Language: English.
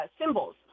symbols